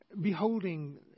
beholding